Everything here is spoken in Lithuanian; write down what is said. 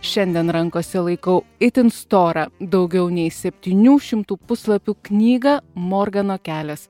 šiandien rankose laikau itin storą daugiau nei septynių šimtų puslapių knygą morgano kelias